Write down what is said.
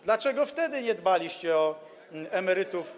Dlaczego wtedy wcale nie dbaliście o emerytów?